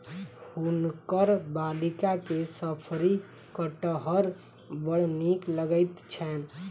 हुनकर बालिका के शफरी कटहर बड़ नीक लगैत छैन